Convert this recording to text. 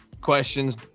questions